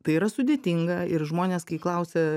tai yra sudėtinga ir žmonės kai klausia